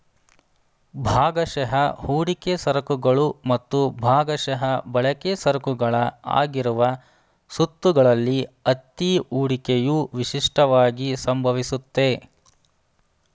ಭಾಗಶಃ ಹೂಡಿಕೆ ಸರಕುಗಳು ಮತ್ತು ಭಾಗಶಃ ಬಳಕೆ ಸರಕುಗಳ ಆಗಿರುವ ಸುತ್ತುಗಳಲ್ಲಿ ಅತ್ತಿ ಹೂಡಿಕೆಯು ವಿಶಿಷ್ಟವಾಗಿ ಸಂಭವಿಸುತ್ತೆ